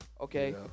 Okay